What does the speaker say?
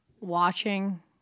watching